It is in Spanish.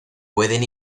pueden